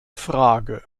frage